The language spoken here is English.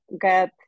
get